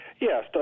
Yes